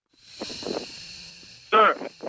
sir